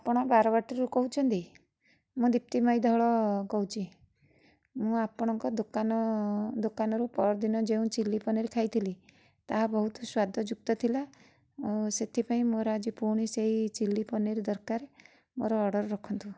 ଆପଣ ବାରବାଟୀରୁ କହୁଛନ୍ତି ମୁଁ ଦୀପ୍ତିମୟୀ ଧଳ କହୁଛି ମୁଁ ଆପଣଙ୍କ ଦୋକାନ ଦୋକାନରୁ ପହରଦିନ ଯେଉଁ ଚିଲି ପନିର ଖାଇଥିଲି ତାହା ବହୁତ ସ୍ୱାଦଯୁକ୍ତ ଥିଲା ମୁଁ ସେଥିପାଇଁ ମୋର ଆଜି ପୁଣି ସେଇ ଚିଲି ପନିର ଦରକାର ମୋର ଅର୍ଡ଼ର ରଖନ୍ତୁ